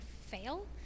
fail